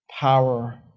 power